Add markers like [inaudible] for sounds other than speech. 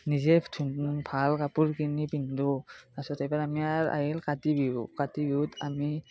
নিজে [unintelligible] ভাল কাপোৰ কানি পিন্ধো তাৰপিছত এইবাৰ আমাৰ আহিল কাতি বিহু কাতি বিহুত আমি